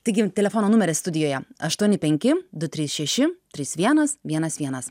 taigi telefono numeris studijoje aštuoni penki du trys šeši trys vienas vienas vienas